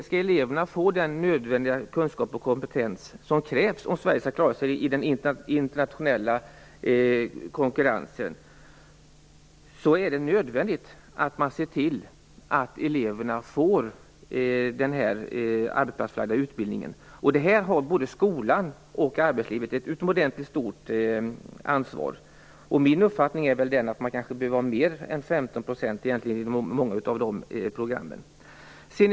Skall eleverna få den kunskap och kompetens som krävs för att Sverige skall klara sig i den internationella konkurrensen är det nödvändigt att se till att eleverna får arbetsplatsförlagd utbildning. Där har både arbetslivet och skolan ett utomordentligt stort ansvar. Min uppfattning är den att den utbildningen i många av programmen kanske behöver omfatta mer än 15 %.